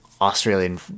australian